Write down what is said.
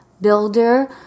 builder